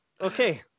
Okay